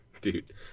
Dude